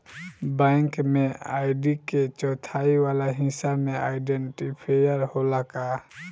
Bank में ID के चौथाई वाला हिस्सा में आइडेंटिफैएर होला का?